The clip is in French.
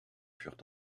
furent